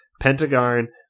pentagon